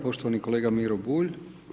Poštovani kolega Miro Bulj.